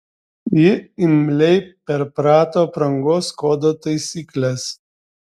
ji imliai perprato aprangos kodo taisykles